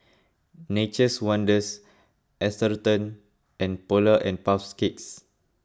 Nature's Wonders Atherton and Polar and Puff Cakes